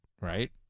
right